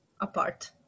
apart